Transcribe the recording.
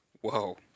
Whoa